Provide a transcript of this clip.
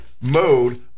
mode